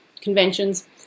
conventions